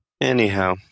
Anyhow